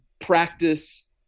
practice